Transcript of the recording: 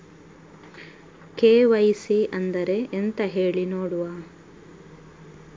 KYC ಅಂದ್ರೆ ಎಂತ ಹೇಳಿ ನೋಡುವ?